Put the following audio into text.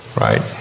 right